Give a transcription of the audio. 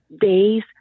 days